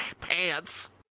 pants